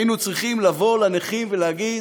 היינו צריכים לבוא לנכים ולהגיד: